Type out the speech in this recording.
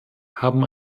haben